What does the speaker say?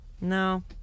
No